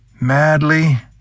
madly